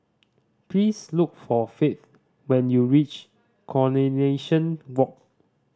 please look for Fate when you reach Coronation Walk